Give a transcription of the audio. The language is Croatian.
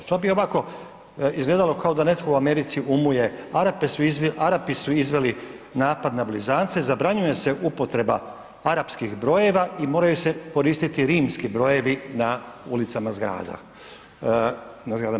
To bi ovako izgledalo kao da netko u Americi umuje, Arapi su izveli napad na blizance, zabranjuje se upotreba arapskih brojeva i moraju se koristiti rimski brojevi na ulicama zgrada, na zgradama